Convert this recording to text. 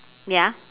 ya